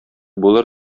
булыр